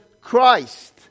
Christ